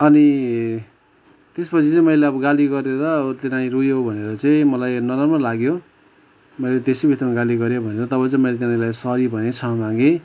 अनि त्यसपछि चाहिँ मैले अब गाली गरेर त्यो नानी रोयो भनेर चाहिँ मलाई नराम्रो लाग्यो मैले त्यसै बित्थामा गाली गरेँ भनेर तब चाहिँ त्यो नानीलाई सरी भनेँ क्षमा मागेँ